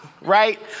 right